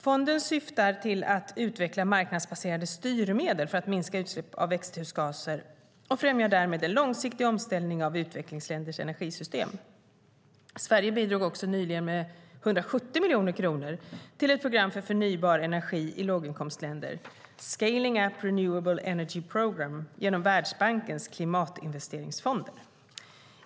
Fonden syftar till att utveckla marknadsbaserade styrmedel för att minska utsläpp av växthusgaser och främjar därmed en långsiktig omställning av utvecklingsländers energisystem. Sverige bidrog också nyligen med 170 miljoner kronor till ett program för förnybar energi i låginkomstländer, Scaling up Renewable Energy Program, genom Världsbankens klimatinvesteringsfonder.